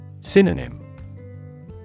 Synonym